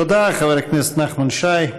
תודה, חבר הכנסת נחמן שי.